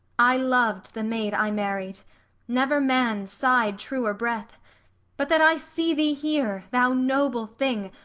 i lov'd the maid i married never man sighed truer breath but that i see thee here, thou noble thing!